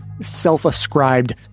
self-ascribed